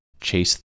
chase